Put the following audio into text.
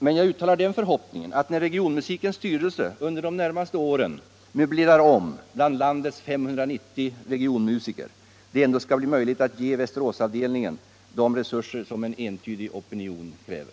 Men jag uttalar den förhoppningen, att när regionmusikens styrelse under de närmaste åren möblerar om bland landets 590 regionmusiker det ändå skall bli möjligt att ge Västeråsavdelningen de resurser som en entydig opinion kräver.